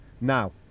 Now